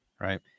Right